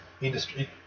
Industry